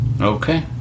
okay